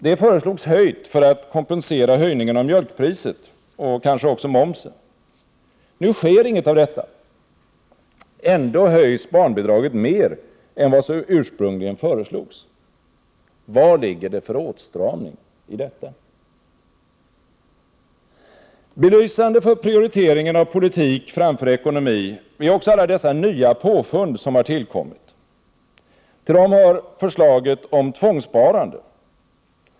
Det föreslogs höjt för att kompensera höjningen av mjölkpriset och kanske också momsen. Nu sker inget av detta. Ändå höjs barnbidraget mer än vad som ursprungligen föreslogs. Vad ligger det för åtstramning i detta? Belysande för prioriteringen av politik framför ekonomi är också alla dessa nya påfund som har tillkommit. Till dem hör förslaget om tvångssparande.